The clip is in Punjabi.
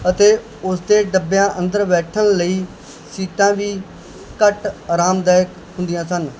ਅਤੇ ਉਸ ਦੇ ਡੱਬਿਆਂ ਅੰਦਰ ਬੈਠਣ ਲਈ ਸੀਟਾਂ ਵੀ ਘੱਟ ਆਰਾਮਦਾਇਕ ਹੁੰਦੀਆਂ ਸਨ